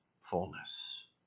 fullness